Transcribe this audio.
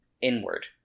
inward